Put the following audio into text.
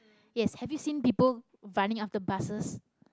yes have you seen people running after buses